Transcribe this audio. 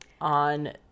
on